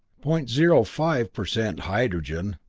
point zero five per cent hydrogen,